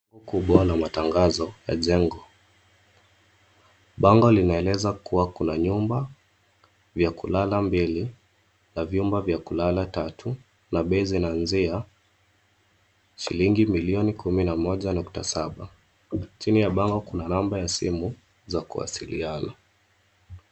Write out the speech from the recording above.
Bango kubwa la matangazo ya jengo. Bango linaeleza kuwa kuna nyumba vya kulala mbili na vyumba vya kulala tatu na bei zinaanzia shilingi milioni kumi na moja nukta saba. Chini ya bango kuna namba za simu za kuwasiliana.